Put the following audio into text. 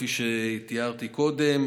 כפי שתיארתי קודם,